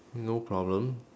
no problem